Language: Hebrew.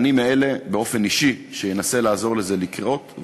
אני מאלה שבאופן אישי ינסו לעזור לזה לקרות,